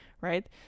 right